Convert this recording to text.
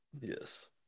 yes